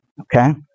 Okay